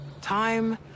Time